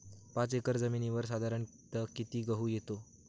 पाच एकर जमिनीवर साधारणत: किती गहू येतो?